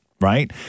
right